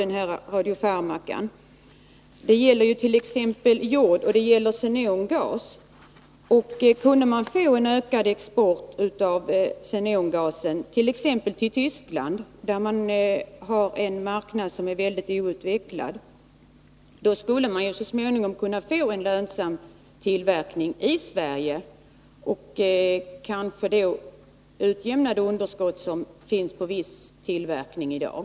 Det gäller t.ex. jod och även xenongas. Kunde man få en ökad export av xenongas t.ex. till Tyskland, som har en mycket outvecklad marknad, så skulle man så småningom kunna få en lönsam tillverkning i Sverige och kanske på det sättet kompensera det underskott som finns på viss tillverkning i dag.